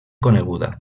coneguda